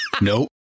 Nope